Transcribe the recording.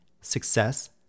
success